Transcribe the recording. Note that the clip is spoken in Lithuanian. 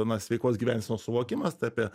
na sveikos gyvensenos suvokimas tai apie